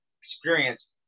experience